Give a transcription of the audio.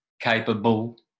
capable